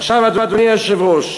עכשיו, אדוני היושב-ראש,